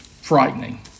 frightening